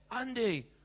Andy